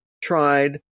tried